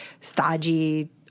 stodgy